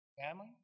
family